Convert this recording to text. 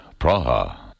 Praha